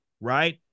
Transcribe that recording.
right